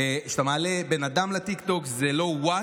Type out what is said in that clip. כשאתה מעלה בן אדם לטיקטוק זה לא What,